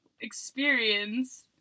experience